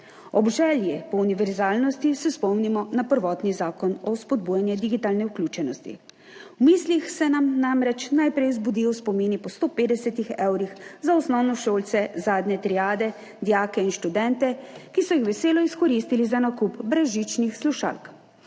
Ob želji po univerzalnosti se spomnimo na prvotni zakon o spodbujanju digitalne vključenosti. V mislih se nam namreč najprej zbudijo spomini po 150 evrih za osnovnošolce zadnje triade, dijake in študente, ki so jih veselo izkoristili za nakup brezžičnih slušalk.